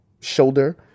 shoulder